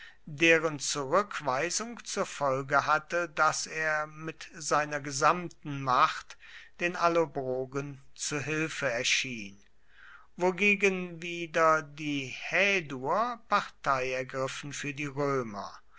deren zurückweisung zur folge hatte daß er mit seiner gesamten macht den allobrogen zu hilfe erschien wogegen wieder die häduer partei ergriffen für die römer